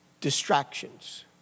distractions